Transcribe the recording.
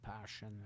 passion